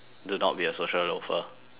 do not be a social loafer